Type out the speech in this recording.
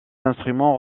instruments